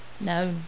No